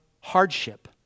hardship